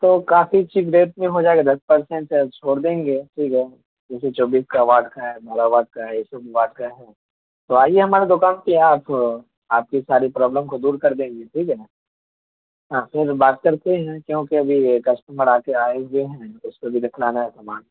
تو کافی چیز بہترین ہو جائے گا دس پرسنٹ ہے چھوڑ دیں گے ٹھیک ہے جیسے چوبیس کا واٹ ہے میگا واٹ کا ہے ایک سو بھی واٹ کا ہے تو آئیے ہمارے دکان پہ آپ آپ کی ساری پرابلم کو دور کر دیں گے ٹھیک ہے نا ہاں پھر بات کرتے ہیں کیوںکہ ابھی کسٹمر آ کے آئے ہوئے ہیں تو اس کو بھی دکھلانا ہے سامان